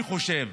אני חושב,